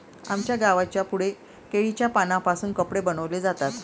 आमच्या गावाच्या पुढे केळीच्या पानांपासून कपडे बनवले जातात